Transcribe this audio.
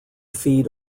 feed